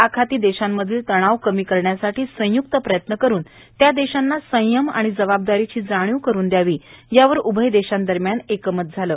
आखाती देशांमधील तणाव कमी करण्यासाठी संयुक्त प्रयत्न करून त्या देशांना संयम आणि जबाबदारीची जाणीव करून दद्यावी यावर उभय देशांदरम्यान एकमत झालं आहे